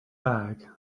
bag